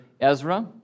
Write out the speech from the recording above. Ezra